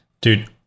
dude